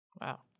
Wow